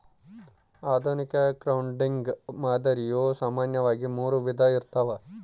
ಆಧುನಿಕ ಕ್ರೌಡ್ಫಂಡಿಂಗ್ ಮಾದರಿಯು ಸಾಮಾನ್ಯವಾಗಿ ಮೂರು ವಿಧ ಇರ್ತವ